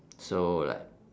so like